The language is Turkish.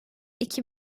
iki